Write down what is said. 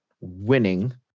winning